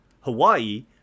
Hawaii